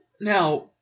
now